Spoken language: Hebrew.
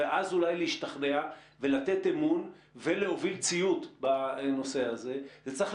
ואז אולי להשתכנע ולתת אמון ולהוביל ציות בנושא הזה צריכה,